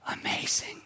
amazing